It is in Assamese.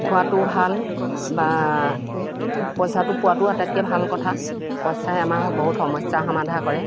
খোৱাটোও ভাল বা পইচাটো পোৱাতোও আটাইতকৈ ভাল কথা পইচাই আমাৰ বহুত সমস্যা সমাধা কৰে